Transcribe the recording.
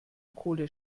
kohle